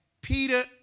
Peter